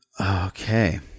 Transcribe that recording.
okay